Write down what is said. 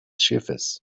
schiffes